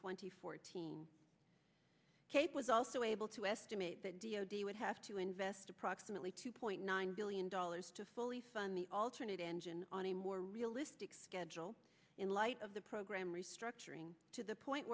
twenty fourteen was also able to estimate that d o d would have to invest approximately two point nine billion dollars to fully fund the alternate engine on a more realistic schedule in light of the program restructuring to the point